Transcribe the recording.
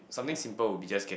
something simple would be just get